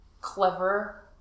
clever